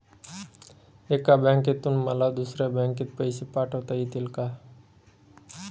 एका बँकेतून मला दुसऱ्या बँकेत पैसे पाठवता येतील का?